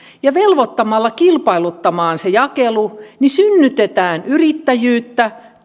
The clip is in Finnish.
ja velvoittamalla kilpailuttamaan se jakelu synnyttämään yrittäjyyttä